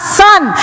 son